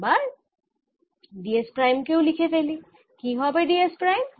এবার d s prime কেও লিখে ফেলি কি হবে d s প্রাইম